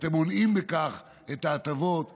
אתם מונעים בכך את ההטבות מעובדים,